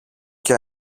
και